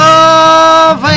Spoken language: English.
Love